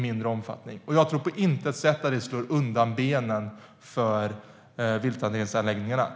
Jag tror på intet sätt att det slår undan benen för vilthanteringsanläggningarna.